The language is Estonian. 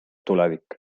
tulevik